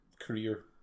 career